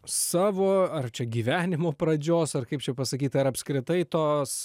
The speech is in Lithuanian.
savo ar čia gyvenimo pradžios ar kaip čia pasakyt ar apskritai tos